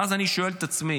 ואז אני שואל את עצמי,